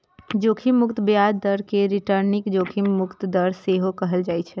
जोखिम मुक्त ब्याज दर कें रिटर्नक जोखिम मुक्त दर सेहो कहल जाइ छै